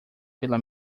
pela